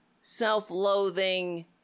self-loathing